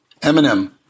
Eminem